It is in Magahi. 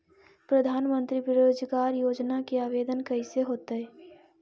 प्रधानमंत्री बेरोजगार योजना के आवेदन कैसे होतै?